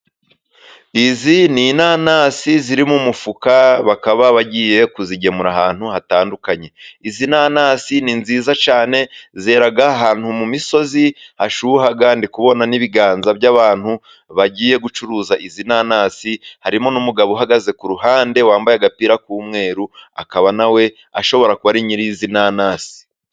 Izi ni inanasi zirimo umufuka, bakaba bagiye kuzigemura ahantu hatandukanye. izi nanasi ni nziza cyane zera ahantu mu misozi hashyuha . Kandi ndi kubona n'ibiganza by'abantu bagiye gucuruza izi nanasi harimo n'umugabo uhagaze ku ruhande, wambaye agapira k'umweru, akaba ashobora kuba ari nyir'izi nanasi.